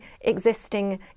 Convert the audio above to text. existing